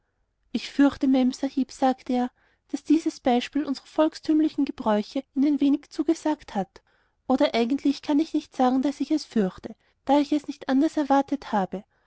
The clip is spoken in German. ich fürchte memsahib sagte er daß dieses beispiel unserer volkstümlichen gebräuche ihnen wenig zugesagt hat oder eigentlich kann ich nicht sagen daß ich es fürchte da ich es nicht anders erwartet habe